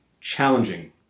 challenging